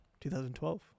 2012